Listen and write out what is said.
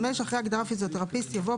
(5) אחרי ההגדרה "פיזיותרפיסט" יבוא: